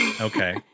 okay